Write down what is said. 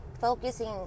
Focusing